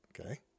okay